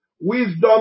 Wisdom